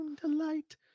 Delight